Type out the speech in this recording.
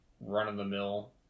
run-of-the-mill